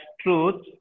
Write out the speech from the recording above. truth